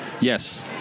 Yes